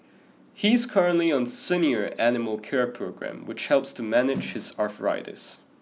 he is currently on a senior animal care programme which helps to manage his arthritis